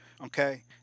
okay